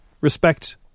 Respect